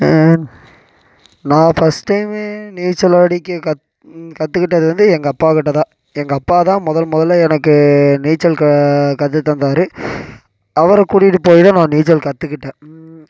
நான் ஃபஸ்ட் டைமே நீச்சல் அடிக்க கற்றுக்கிட்டது வந்து எங்கள் அப்பாக்கிட்டே தான் எங்கள் அப்பா தான் முதல் முதல்ல எனக்கு நீச்சல் கற்றுத் தந்தார் அவரை கூட்டிட்டு போய் தான் நான் நீச்சல் கற்றுக்கிட்டேன்